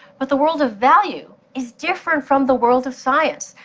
but the world of value is different from the world of science.